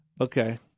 Okay